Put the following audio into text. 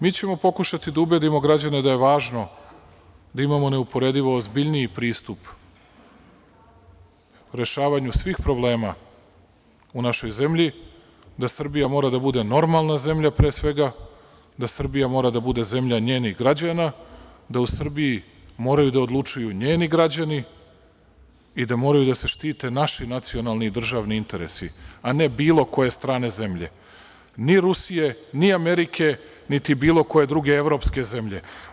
Mi ćemo pokušati da ubedimo građane da je važno da imamo neuporedivo ozbiljniji pristup u rešavanju svih problema u našoj zemlji, da Srbija mora da bude normalna zemlja pre svega, da Srbija mora da bude zemlja njenih građana, da u Srbiji moraju da odlučuju njeni građani i da moraju da se štite naši nacionalni i državni interesi, a ne bilo koje strane zemlje, ni Rusije, ni Amerike, niti bilo koje druge evropske zemlje.